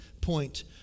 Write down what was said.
point